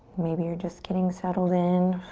maybe you're just getting settled in.